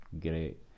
great